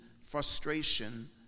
frustration